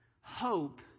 Hope